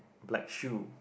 black shoe